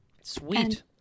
Sweet